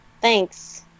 Thanks